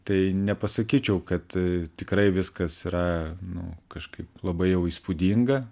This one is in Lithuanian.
tai nepasakyčiau kad tikrai viskas yra nu kažkaip labai jau įspūdinga